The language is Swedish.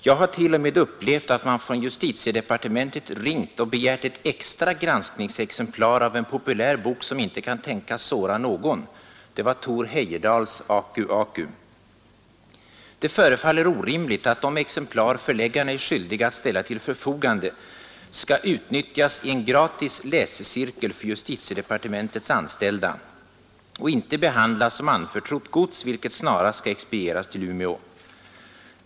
Jag har t.o.m. upplevt att man från justitiedepartementet ringt och begärt ett extra granskningsexemplar av en populär bok som inte kan tänkas såra någon — det var Thor Heyerdahls Aku-Aku.” Det förefaller orimligt att de exemplar förläggarna är skyldiga att ställa till förfogande skall utnyttjas i en gratis läsecirkel för justitiedepartementets anställda och inte behandlas som anförtrott gods, vilket snarast skall expedieras till Umeå.